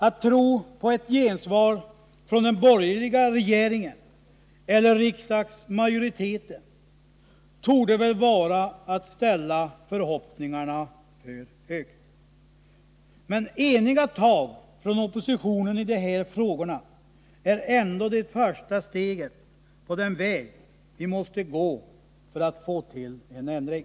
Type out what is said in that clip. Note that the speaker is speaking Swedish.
Att tro på ett gensvar från den borgerliga regeringen eller riksdagsmajoriteten är väl att ställa förhoppningarna för högt. Men eniga tag från oppositionen i de här frågorna är ändå det första steget på den väg vi måste gå för att få till stånd en ändring.